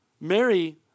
Mary